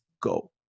go